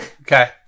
Okay